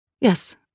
Yes